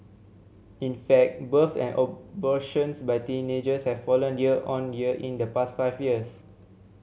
in fact births and abortions by teenagers have fallen year on year in the past five years